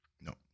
no